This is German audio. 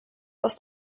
aus